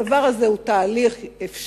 הדבר הזה הוא תהליך אפשרי,